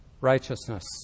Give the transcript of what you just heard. righteousness